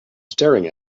staring